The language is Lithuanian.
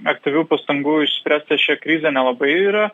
aktyvių pastangų išspręsti šią krizę nelabai yra